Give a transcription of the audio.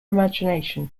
imagination